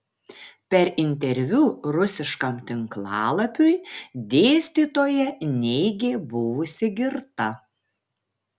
per interviu rusiškam tinklalapiui dėstytoja neigė buvusi girta